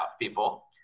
people